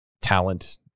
talent